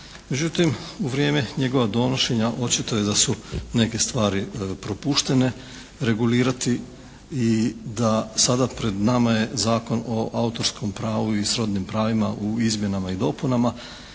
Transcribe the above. Međutim, u vrijeme njegova donošenja očito je da su neke stvari propuštene regulirati i da sada pred nama je Zakon o autorskom pravu i srodnim pravima u izmjenama i dopunama